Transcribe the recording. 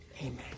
Amen